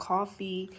Coffee